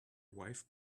wife